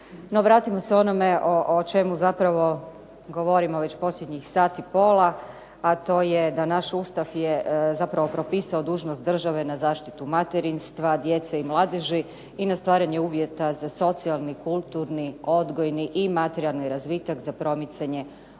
vratimo se onome o čemu zapravo govorimo već posljednjih sat i pol, a to je da naš Ustav je zapravo propisao dužnost države na zaštitu materinstva, djece i mladeži i na stvaranje uvjeta za socijalni, kulturni, odgojni i materijalni razvitak za promicanje